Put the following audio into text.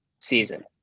season